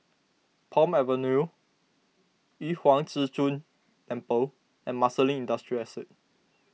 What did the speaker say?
Palm Avenue Yu Huang Zhi Zun Temple and Marsiling Industrial Estate